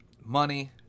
money